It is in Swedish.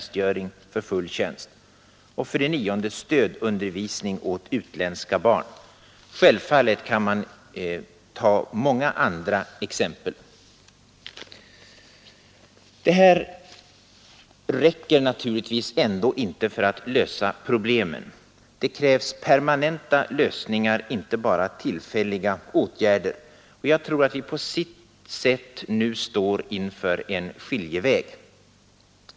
Självfallet kan man ta många andra exempel. Det här räcker naturligtvis ändå inte för att lösa problemen. Det krävs permanenta lösningar, inte bara tillfälliga åtgärder, och jag tror att vi nu står inför en skiljeväg.